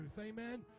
Amen